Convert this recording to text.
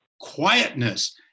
quietness